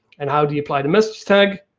and how do you apply the message tag?